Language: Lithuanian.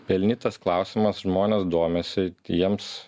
pelnytas klausimas žmonės domisi jiems